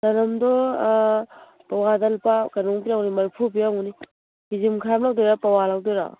ꯆꯅꯝꯗꯣ ꯄꯋꯥꯗ ꯂꯨꯄꯥ ꯀꯩꯅꯣꯃꯨꯛ ꯄꯤꯔꯝꯒꯅꯤ ꯃꯔꯤꯐꯨ ꯄꯤꯔꯝꯒꯅꯤ ꯀꯦꯖꯤ ꯃꯈꯥꯏ ꯑꯃ ꯂꯧꯗꯣꯏꯔ ꯄꯋꯥ ꯂꯧꯗꯣꯏꯔꯣ